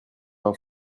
main